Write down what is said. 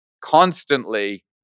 constantly